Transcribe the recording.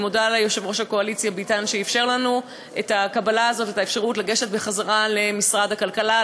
אני מודה ליושב-ראש הקואליציה ביטן שאפשר לנו לחזור למשרד הכלכלה,